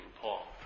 Paul